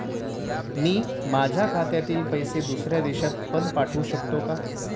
मी माझ्या खात्यातील पैसे दुसऱ्या देशात पण पाठवू शकतो का?